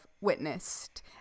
witnessed